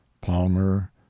palmer